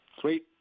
Sweet